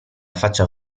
faccia